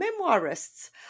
memoirists